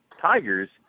tigers